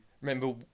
remember